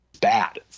bad